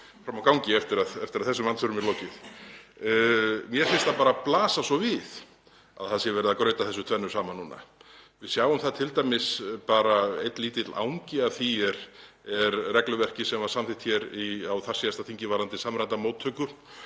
frammi á gangi eftir að þessum andsvörum er lokið. Mér finnst það bara blasa svo við að það er verið að grauta þessu tvennu saman núna. Við sjáum það t.d. bara að einn lítill angi af því er regluverkið sem var samþykkt á síðasta þingi varðandi samræmda móttöku,